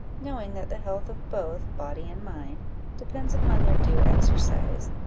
knowing that the health of both body and mind depends upon their due exercise,